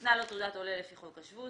ניתנה לו תעודת עולה לפי חוק השבות,